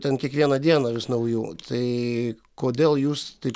ten kiekvieną dieną vis naujų tai kodėl jūs taip